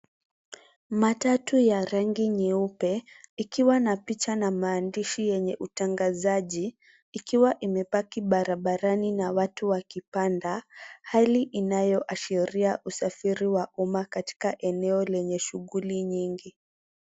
Matatu ya rangi nyeupe ikiwa na picha na maandishi yenye utangazaji ikiwa imepaki barabarani na watu wakipanda hali inayo ashiria usafiri wa umma katika eneo lenye shughuli nyingi.